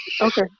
Okay